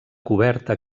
coberta